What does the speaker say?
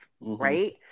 right